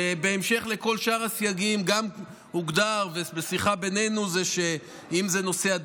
ובהמשך לכל שאר הסייגים גם הוגדר בשיחה בינינו,